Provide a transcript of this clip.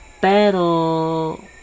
pero